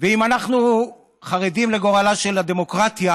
אם אנחנו חרדים לגורלה של הדמוקרטיה,